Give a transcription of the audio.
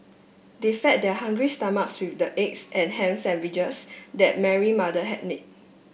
they fed their hungry stomachs with the eggs and ham sandwiches that Mary mother had made